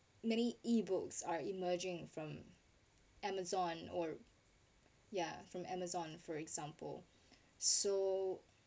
many E books are emerging from amazon or yeah from Amazon for example so